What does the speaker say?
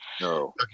No